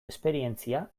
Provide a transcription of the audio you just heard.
esperientzia